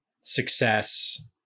success